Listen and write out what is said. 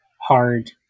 hard